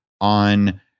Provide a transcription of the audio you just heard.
on